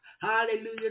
Hallelujah